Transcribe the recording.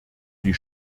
die